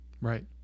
Right